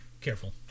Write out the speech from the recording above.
Careful